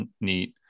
neat